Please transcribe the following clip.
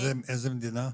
איזה מדינה?